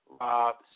Rob